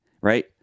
right